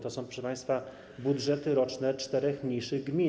To są, proszę państwa, budżety roczne czterech mniejszych gmin.